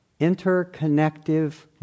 interconnective